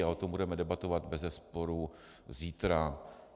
A o tom budeme debatovat bezesporu zítra.